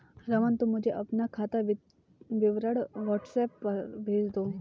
रमन, तुम मुझे अपना खाता विवरण व्हाट्सएप पर भेज दो